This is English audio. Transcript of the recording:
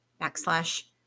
backslash